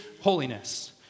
holiness